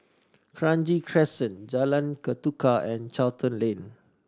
Kranji Crescent Jalan Ketuka and Charlton Lane